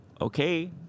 okay